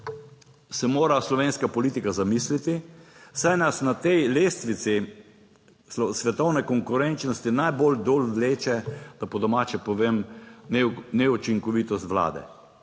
se mora slovenska politika zamisliti, saj nas na tej lestvici svetovne konkurenčnosti najbolj dol vleče, da po domače povem, neučinkovitost vlade,